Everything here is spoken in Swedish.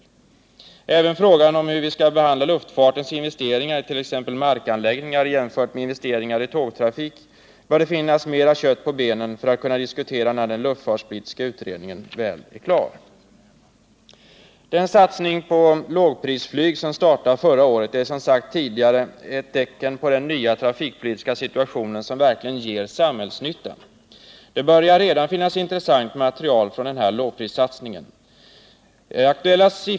Även när det gäller frågan om hur vi skall behandla luftfartens investeringar i t.ex. markanläggningar jämfört med investeringar i tågtrafik, bör det finnas mera kött på benen för att den skall kunna diskuteras när luftfartspolitiska utredningen är klar. Den satsning på lågprisflyg som startade förra året är, som jag sagt tidigare, ett tecken på den nya trafikpolitiska situationen som verkligen ger samhällsnytta. Det börjar redan finnas intressant material från denna lågprissatsning.